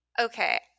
okay